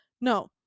No